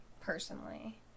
personally